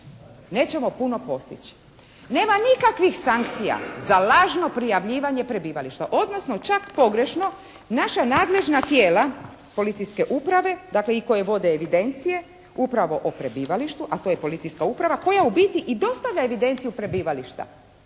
nećemo puno postići. Nema nikakvih sankcija za lažno prijavljivanje prebivališta. Odnosno čak pogrešno naša nadležna tijela, policijske uprave dakle i koje vode evidencije upravo o prebivalištu, a to je policijska uprava koja u biti i dostavlja evidenciju prebivališta.